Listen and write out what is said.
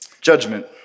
judgment